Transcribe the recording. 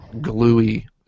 gluey